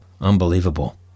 Unbelievable